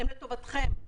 הן לטובתכם,